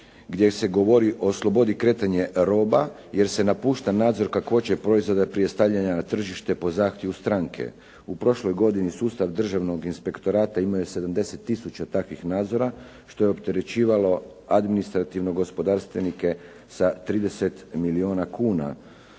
gdje se govori o slobodi kretanja roba jer se napušta nadzor kakvoće proizvoda prije stavljanja na tržište po zahtjevu stranke. U prošloj godini sustav Državnog inspektorata imao je 70000 takvih nadzora što je opterećivalo administrativno gospodarstvenike sa 30 milijuna kuna.